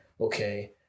okay